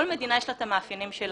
כל מדינה יש לה את המאפיינים שלה.